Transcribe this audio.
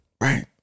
Right